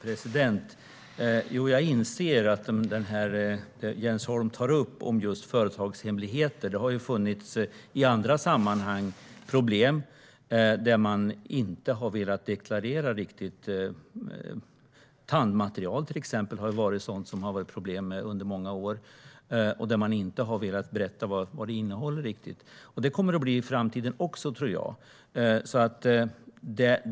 Herr ålderspresident! Jens Holm tar upp företagshemligheter, och jag inser att det har funnits problem i andra sammanhang med företag som inte riktigt har velat deklarera innehåll. Till exempel tandmaterial har det varit problem med under många år; man har inte velat berätta riktigt vad det innehåller. Det kommer det att bli i framtiden också, tror jag.